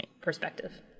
perspective